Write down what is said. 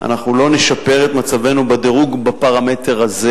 לא נשפר את מצבנו בדירוג בפרמטר הזה